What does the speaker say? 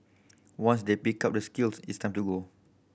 once they pick up the skills it's time to go